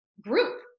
group